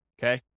okay